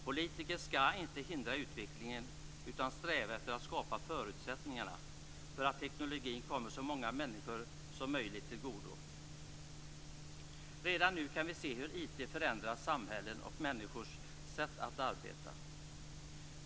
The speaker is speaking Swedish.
Politiker skall inte hindra utvecklingen utan sträva efter att skapa förutsättningarna för att tekniken kommer så många människor som möjligt till godo. Redan nu kan vi se hur IT förändrar samhällen och människors sätt att arbeta.